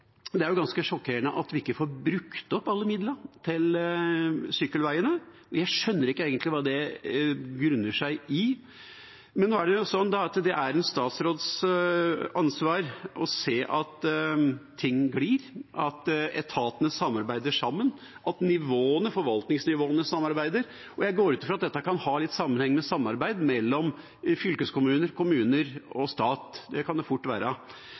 vi ikke får brukt opp alle midlene til sykkelveiene. Jeg skjønner egentlig ikke hva det grunner seg i. Men nå er det jo sånn at det er en statsråds ansvar å se at ting glir, at etatene samarbeider, at forvaltningsnivåene samarbeider. Jeg går ut fra at dette kan ha litt sammenheng med samarbeid mellom fylkeskommuner, kommuner og stat – det kan fort være